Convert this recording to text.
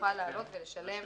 יוכל לעלות ולשלם